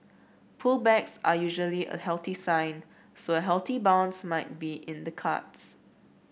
pull backs are usually a healthy sign so a healthy bounce might be in the cards